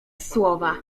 słowa